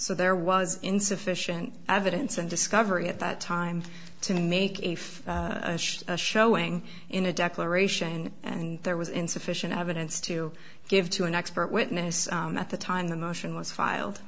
so there was insufficient evidence and discovery at that time to make if a showing in a declaration and there was insufficient evidence to give to an expert witness at the time the motion was filed